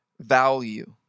value